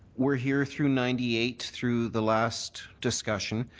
were here through ninety eight, through the last discussion.